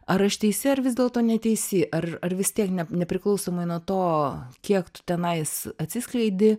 ar aš teisi ar vis dėlto neteisi ar ar vis tiek ne nepriklausomai nuo to kiek tu tenais atsiskleidi